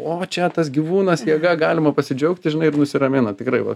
o čia tas gyvūnas jėga galima pasidžiaugti žinai ir nusiramina tikrai va